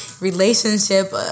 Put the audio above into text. relationship